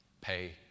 pay